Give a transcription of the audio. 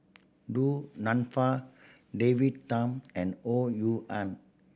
Du Nanfa David Tham and Ho Rui An